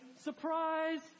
surprise